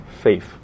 faith